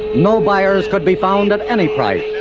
no buyers could be found at any price.